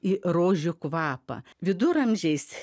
į rožių kvapą viduramžiais